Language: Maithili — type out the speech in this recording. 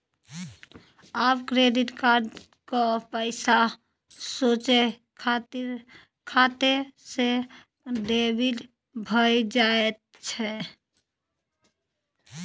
आब क्रेडिट कार्ड क पैसा सोझे खाते सँ डेबिट भए जाइत छै